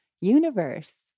universe